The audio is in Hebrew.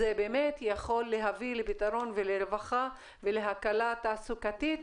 זה באמת יכול להביא לפתרון ולרווחה ולהקלה תעסוקתית